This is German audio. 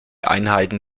einheiten